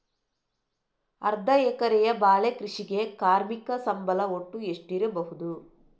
ಅರ್ಧ ಎಕರೆಯ ಬಾಳೆ ಕೃಷಿಗೆ ಕಾರ್ಮಿಕ ಸಂಬಳ ಒಟ್ಟು ಎಷ್ಟಿರಬಹುದು?